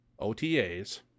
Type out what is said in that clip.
OTAs